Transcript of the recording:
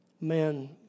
Man